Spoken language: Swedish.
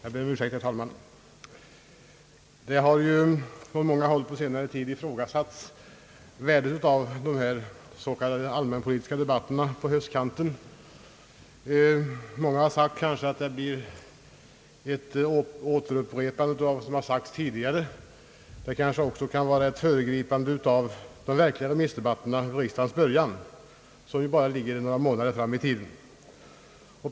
Herr talman! Från många håll på senare tid har ifrågasatts värdet av de s, k. allmänpolitiska debatterna på höstkanten. Många har sagt att det blir ett återupprepande av vad som sagts tidigare. Det kan också vara ett föregripande av de verkliga remissdebatterna vid riksdagens början, som ju ligger endast några månader framåt i tiden.